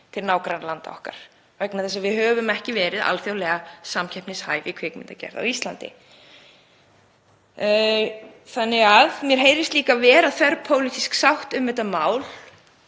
til nágrannalanda okkar. Við höfum ekki verið alþjóðlega samkeppnishæf í kvikmyndagerð á Íslandi. Mér heyrist líka vera þverpólitísk sátt um þetta mál